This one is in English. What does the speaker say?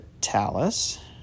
talus